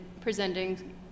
presenting